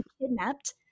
kidnapped